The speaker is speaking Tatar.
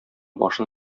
башын